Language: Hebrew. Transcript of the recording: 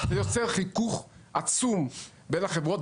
זה יוצר חיכוך עצום בין החברות,